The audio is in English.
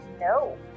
No